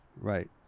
Right